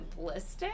simplistic